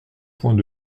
points